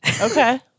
Okay